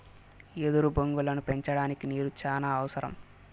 ఎదురు బొంగులను పెంచడానికి నీరు చానా అవసరం